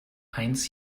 eins